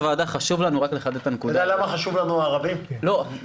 הוועדה הזאת נולדה בעקבות דיונים על תשלומי חל"ת